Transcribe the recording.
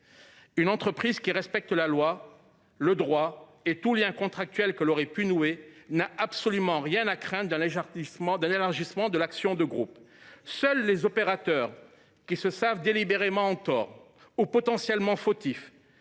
une entreprise qui respecte la loi, le droit et tout lien contractuel qu’elle aurait pu nouer n’a absolument rien à craindre d’un élargissement du champ de l’action de groupe. Très juste ! Seuls les opérateurs qui se savent délibérément en tort ou potentiellement fautifs